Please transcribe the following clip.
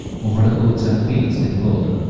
over the woods and fields they floated,